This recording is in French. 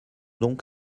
donc